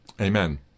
Amen